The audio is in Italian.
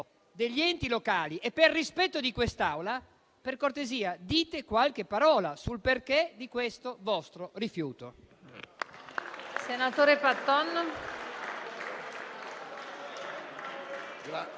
degli enti locali e di quest'Assemblea, per cortesia dite qualche parola sul perché di questo vostro rifiuto.